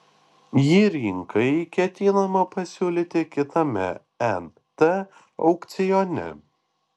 jį rinkai ketinama pasiūlyti kitame nt aukcione